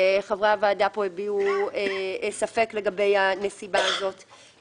חברי הוועדה הביע ספק לגבי הנסיבה הזאת